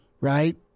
right